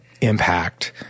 impact